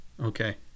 Okay